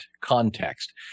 context